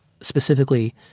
specifically